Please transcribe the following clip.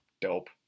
Dope